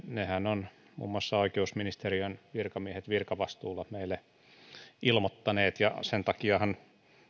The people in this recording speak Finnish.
nehän muun muassa oikeusministeriön virkamiehet virkavastuulla ovat meille ilmoittaneet ja sen takiahan